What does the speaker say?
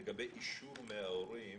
לגבי אישור מההורים